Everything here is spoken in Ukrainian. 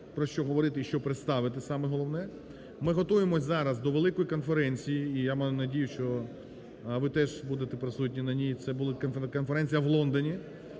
про що говорити і що представити, саме головне. Ми готуємось зараз до великої конференції, і я маю надію, що ви теж будете присутні на ній. Це буде конференція в Лондоні,